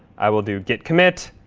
i will do git commit,